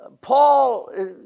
Paul